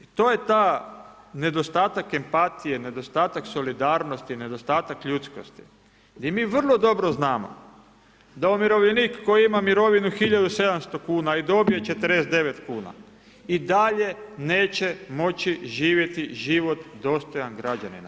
I to je ta nedostatak empatije, nedostatak solidarnosti, nedostatak ljudskosti gdje mi vrlo dobro znamo da umirovljenik koji ima mirovinu hiljadu i 700 kuna i dobije 49 kuna i dalje neće moći živjeti život dostojan građanina.